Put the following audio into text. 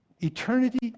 Eternity